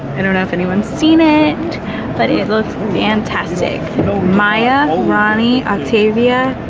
and don't know if anyone seen it but it looks fantastic you know maya, ronnie, octavia,